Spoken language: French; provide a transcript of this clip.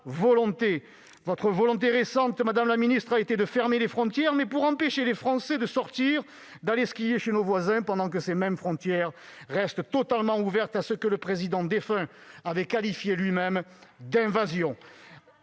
volonté. Votre volonté récente, madame la ministre, a été de fermer les frontières, mais pour empêcher les Français d'aller skier chez nos voisins, pendant que ces mêmes frontières restent totalement ouvertes à ce que le Président de la République défunt